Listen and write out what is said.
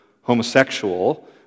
homosexual